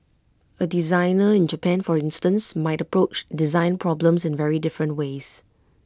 A designer in Japan for instance might approach design problems in very different ways